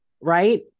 right